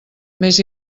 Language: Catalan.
més